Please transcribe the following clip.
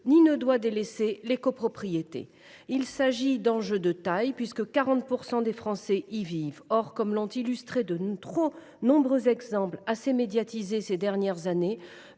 ni ne doit laisser de côté les copropriétés : il s’agit d’un enjeu de taille, puisque 40 % des Français y vivent. Or, comme l’ont illustré de trop nombreux exemples assez médiatisés ces dernières années,